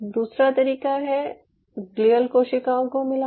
दूसरा तरीका है ग्लियल कोशिकाओं को मिलाना